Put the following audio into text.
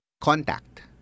contact